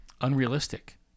unrealistic